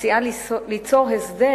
מציעה ליצור הסדר